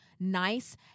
nice